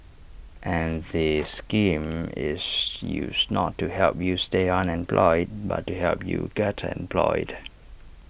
and the scheme is used not to help you stay unemployed but to help you get employed